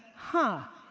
huh,